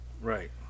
Right